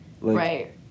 right